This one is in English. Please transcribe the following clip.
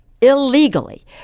Illegally